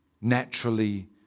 naturally